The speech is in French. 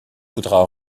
voudra